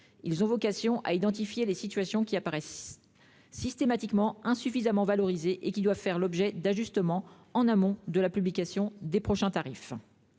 Ils ont vocation à identifier les situations qui apparaissent de manière systématique insuffisamment valorisées et qui doivent faire l'objet d'ajustements en amont de la publication des prochains tarifs.